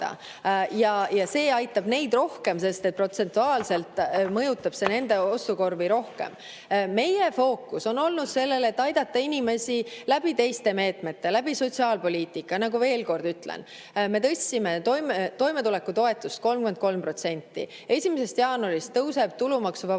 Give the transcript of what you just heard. ja see aitab neid rohkem, sest protsentuaalselt mõjutab see nende ostukorvi rohkem. Meie fookus on olnud sellel, et aidata inimesi teiste meetmete, sotsiaalpoliitika kaudu. Veel kord ütlen, me tõstsime toimetulekutoetust 33%. 1. jaanuarist tõuseb tulumaksuvaba